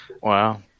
Wow